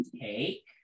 take